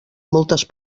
moltes